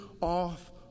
off